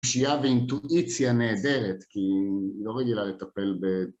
פשיעה ואינטואיציה נהדרת, כי היא לא רגילה לטפל ב...